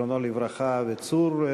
זיכרונו לברכה, וצור,